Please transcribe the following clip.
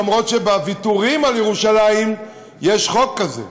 אפילו שבוויתורים על ירושלים יש חוק כזה.